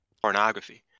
pornography